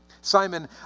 Simon